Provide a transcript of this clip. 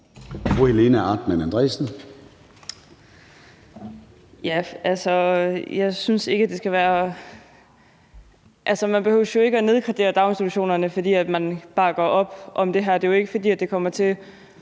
Man behøver jo ikke at nedgradere daginstitutionerne, fordi man bakker op om det her.